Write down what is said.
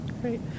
great